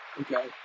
okay